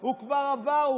הוא כבר עבר.